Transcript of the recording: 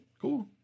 cool